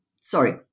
Sorry